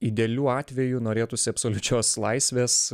idealiu atveju norėtųsi absoliučios laisvės